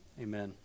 amen